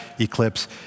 eclipse